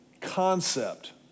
concept